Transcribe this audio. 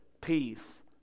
peace